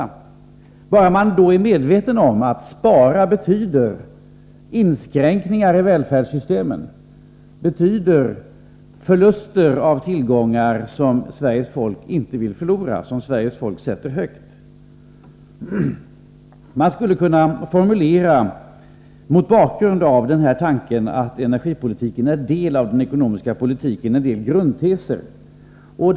Det viktiga är att man då är medveten om att spara betyder inskränkningar i välfärdssystemet och förluster av tillgångar som Sveriges folk sätter högt och inte vill förlora. Mot bakgrund av tanken att energipolitiken är en del av den ekonomiska politiken skulle man kunna formulera en del grundteser.